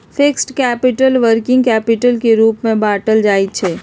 fixed capital, working capital के रूप में बाटल जाइ छइ